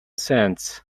cents